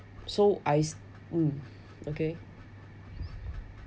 so I mm okay